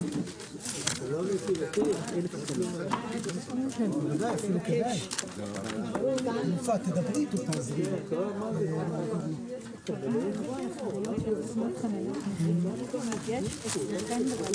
14:35.